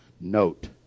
Note